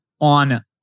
on